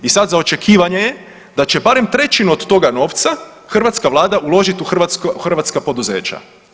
I sad za očekivanje je da će bar trećinu od toga novac hrvatska Vlada uložit u hrvatska poduzeća.